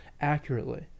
accurately